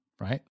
Right